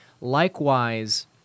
Likewise